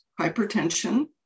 hypertension